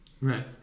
right